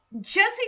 Jesse